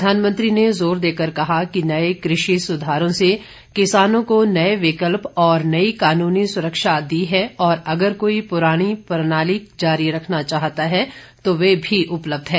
प्रधानमंत्री ने जोर देकर कहा कि नए कृषि सुधारों ने किसानों को नए विकल्प और नई कानूनी सुरक्षा दी है और अगर कोई पुरानी प्रणाली जारी रखना चाहता है तो वह भी उपलब्ध है